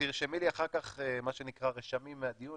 תרשמי לי אחר כך רשמים מהדיון,